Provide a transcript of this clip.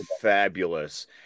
fabulous